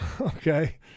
okay